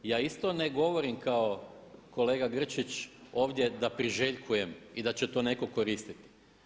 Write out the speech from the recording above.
Ja isto ne govorim kao kolega Grčić ovdje da priželjkujem i da će to netko koristiti.